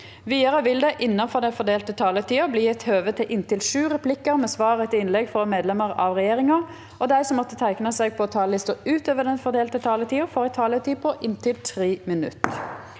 Vidare vil det – innanfor den fordelte taletida – bli gjeve høve til inntil sju replikkar med svar etter innlegg frå medlemer av regjeringa, og dei som måtte teikna seg på talarlista utover den fordelte taletida, får ei taletid på inntil 3 minutt.